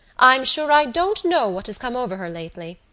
i'm sure i don't know what has come over her lately.